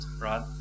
right